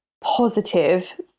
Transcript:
positive